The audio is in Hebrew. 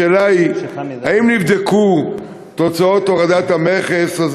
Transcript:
השאלה היא: 1. האם נבדקו תוצאות הורדת המכס?